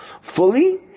fully